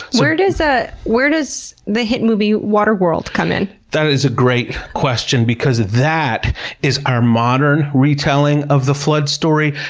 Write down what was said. where does ah where does the hit movie waterworld come in? that is a great question, because that is our modern retelling of the flood story,